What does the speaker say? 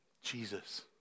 Jesus